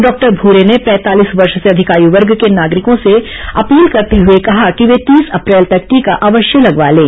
doctor Bhure ने पैंतालीस वर्ष से अधिक आयु वर्ग के नागरिकों से अपील करते हुए कहा कि वे तीस अप्रैल तक टीका अवश्य लगवा लें